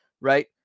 right